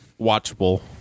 watchable